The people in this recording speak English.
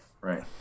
Right